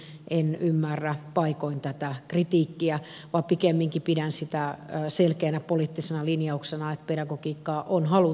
siltä osin en ymmärrä paikoin tätä kritiikkiä vaan pikemminkin pidän sitä selkeänä poliittisena linjauksena että pedagogiikkaa on haluttu